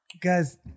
Guys